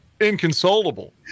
inconsolable